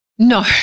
No